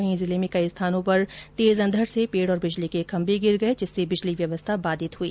वहीं जिले में कई स्थानों पर तेज अंधड़ से पेड़ और बिजली के खंभे गिर गए जिससे बिजली व्यवस्था बाधित हुई